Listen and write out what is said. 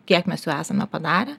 kiek mes jau esame padarę